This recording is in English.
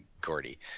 Gordy